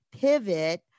pivot